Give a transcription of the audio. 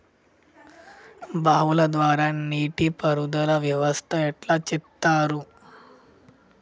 బావుల ద్వారా నీటి పారుదల వ్యవస్థ ఎట్లా చేత్తరు?